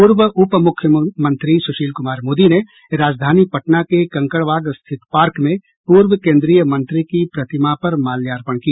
पूर्व उपमुख्यमंत्री सुशील कुमार मोदी ने राजधानी पटना के कंकड़बाग स्थित पार्क में पूर्व केन्द्रीय मंत्री की प्रतिमा पर माल्यार्पण किया